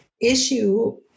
issue